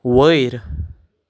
वयर